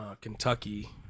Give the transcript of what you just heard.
Kentucky